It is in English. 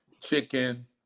Chicken